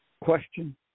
question